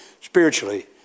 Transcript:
Spiritually